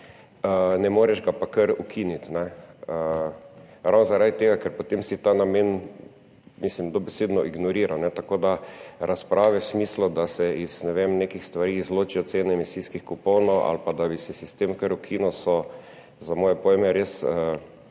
ne moreš ga pa kar ukiniti, ravno zaradi tega, ker si potem ta namen dobesedno ignoriral. Tako da razprave v smislu, da se iz, ne vem, nekih stvari izločijo cene emisijskih kuponov ali pa da bi se sistem kar ukinil, so za moje pojme res